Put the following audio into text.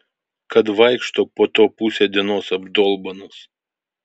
kad vaikšto po to pusę dienos abdolbanas